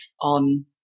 on